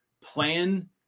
plan